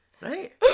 right